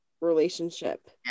relationship